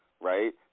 right